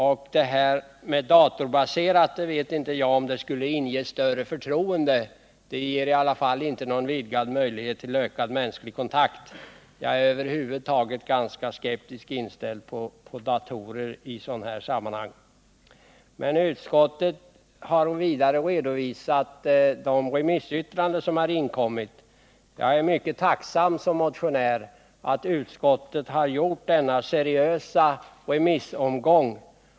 Jag vet inte om det här att det skall bli datorbaserat skulle inge större förtroende; det ger i alla fall inte någon vidgad möjlighet till mänsklig kontakt. Jag är över huvud taget ganska skeptiskt inställd till datorer i sådana här sammanhang. Utskottet har vidare redovisat de remissyttranden som har inkommit. Jag är som motionär mycket tacksam för att utskottet har gjort denna seriösa remissomgång.